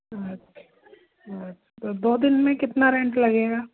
तो दो दिन में कितना रेंट लगेगा